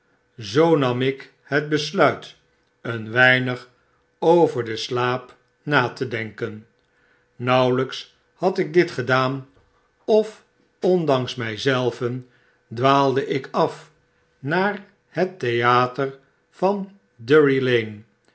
zoo nam ik het besluit een weinig over den slaap nate denken nauwel jks had ik dit gedaan of ondanks my zelrai dwaalde ik af naar het theater van